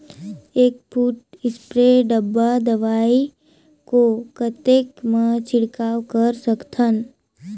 एक full spray डब्बा दवाई को कतेक म छिड़काव कर सकथन?